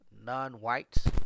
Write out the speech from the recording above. non-whites